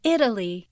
Italy